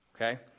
okay